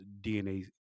DNA